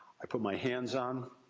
i put my hands on,